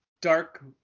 dark